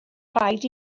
rhaid